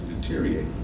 deteriorate